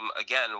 again